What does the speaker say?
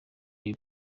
they